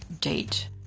date